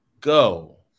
go